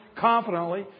confidently